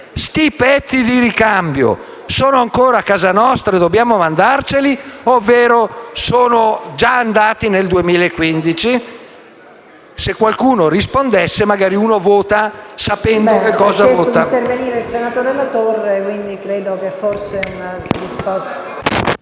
questi pezzi di ricambio sono ancora a casa nostra, dobbiamo mandarceli ovvero sono già andati nel 2015? Se qualcuno rispondesse magari uno voterebbe sapendo cosa vota.